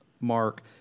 mark